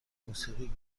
موسیقی